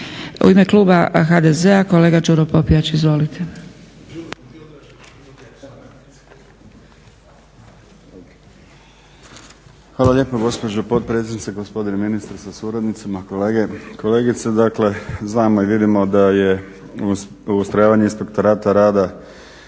U ime kluba HDZ-a kolega Đuro Popijač. Izvolite.